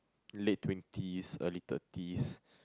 late twenties early thirties